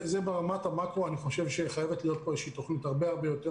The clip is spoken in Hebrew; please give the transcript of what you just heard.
ברמת המאקרו חייבת להיות פה תוכנית הרבה הרבה יותר